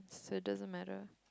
so it doesn't matter